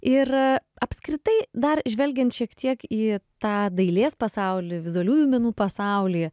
ir a apskritai dar žvelgiant šiek tiek į tą dailės pasaulį vizualiųjų menų pasaulį